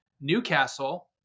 Newcastle